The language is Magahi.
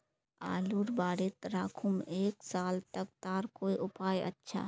आलूर बारित राखुम एक साल तक तार कोई उपाय अच्छा?